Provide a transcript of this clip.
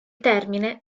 termine